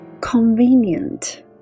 Convenient